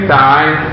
time